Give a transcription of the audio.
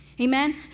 Amen